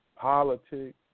Politics